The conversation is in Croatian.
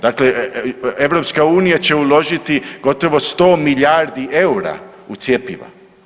Dakle, EU će uložiti gotovo 100 milijardi eura u cjepiva.